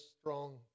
strong